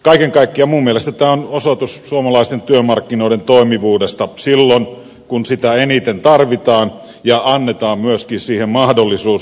kaiken kaikkiaan minun mielestäni tämä on osoitus suomalaisten työmarkkinoiden toimivuudesta silloin kun sitä eniten tarvitaan ja annetaan myöskin siihen mahdollisuus